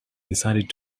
decided